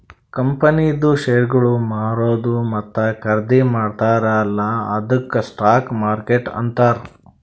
ಕಂಪನಿದು ಶೇರ್ಗೊಳ್ ಮಾರದು ಮತ್ತ ಖರ್ದಿ ಮಾಡ್ತಾರ ಅಲ್ಲಾ ಅದ್ದುಕ್ ಸ್ಟಾಕ್ ಮಾರ್ಕೆಟ್ ಅಂತಾರ್